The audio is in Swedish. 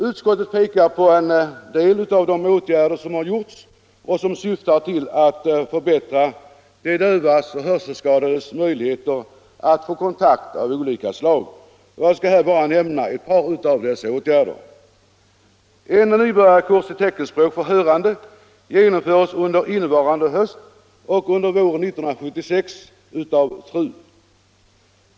Utskottet pekar på en del av de åtgärder som gjorts och som syftar till att förbättra de dövas och hörselskadades möjligheter att få kontakt av olika slag. Jag skall här bara nämna ett par av dessa åtgärder. En nybörjarkurs i teckenspråk för hörande genomförs under innevarande höst och under våren 1976 av TRU.